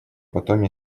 потом